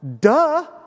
Duh